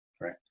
right